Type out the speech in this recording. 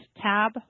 tab